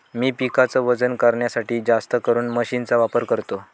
मी पिकाच वजन करण्यासाठी जास्तकरून मशीन चा वापर करतो